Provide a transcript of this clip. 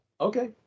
Okay